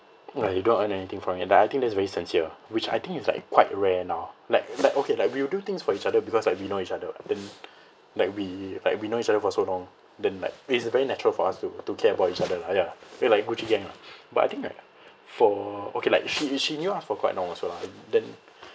like you don't earn anything from it like I think that's very sincere which I think is like quite rare now like like okay like we'll do things for each other because like we know each other what then like we like we know each other for so long then like it's very natural for us to to care about each other lah ya lah we're like gucci gang lah but I think like for okay like she is she knew us for quite long also lah then